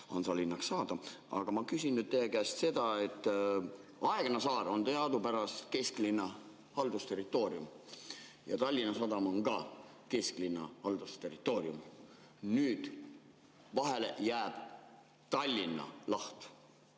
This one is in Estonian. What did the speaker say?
hansalinnaks saada. Aga ma küsin nüüd teie käest seda. Aegna saar on teadupärast kesklinna haldusterritoorium. Tallinna sadam on ka kesklinna haldusterritoorium. Sinna vahele jääb Tallinna laht.